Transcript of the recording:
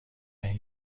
این